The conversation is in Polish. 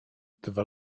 dwa